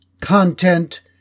content